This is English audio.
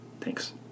Thanks